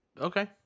Okay